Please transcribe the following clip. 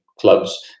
clubs